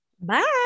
Bye